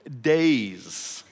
Days